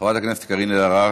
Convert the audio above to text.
חברת הכנסת קארין אלהרר,